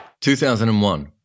2001